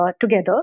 together